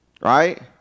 right